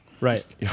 Right